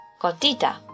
gotita